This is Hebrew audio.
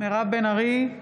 מירב בן ארי,